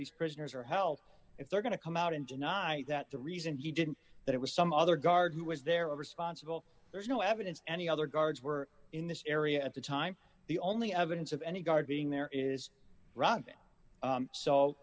these prisoners are held if they're going to come out and deny that the reason he didn't that it was some other guard who was there responsible there's no evidence any other guards were in the area at the time the only evidence of any guard being there is r